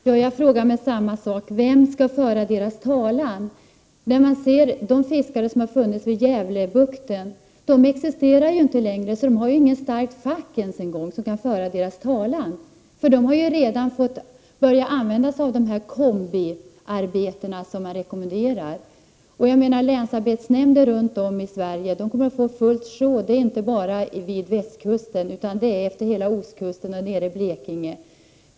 Herr talman! Jag frågar samma sak: Vem skall föra fiskarnas talan? De fiskare som har arbetat i Gävlebukten har inte längre något arbete där. De har inte ens en stark fackförening som kan föra deras talan. De har redan fått börja använda sig av dessa kombinationsarbeten som de rekommenderas. Länsarbetsnämnder runt om i Sverige kommer att få fullt upp att göra, eftersom detta kommer att drabba fiskare inte bara på västkusten utan även efter hela ostkusten och nere i Blekinge.